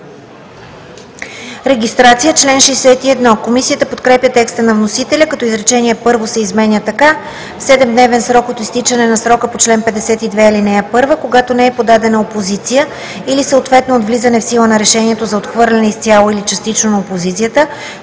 Регистрация“. Комисията подкрепя текста на вносителя, като изречение първо се изменя така: „В 7-дневен срок от изтичането на срока по чл. 52, ал. 1, когато не е подадена опозиция или съответно от влизане в сила на решението за отхвърляне изцяло или частично на опозицията